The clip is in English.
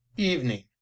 evening